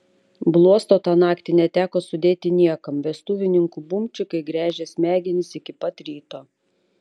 bluosto tą naktį neteko sudėti niekam vestuvininkų bumčikai gręžė smegenis iki pat ryto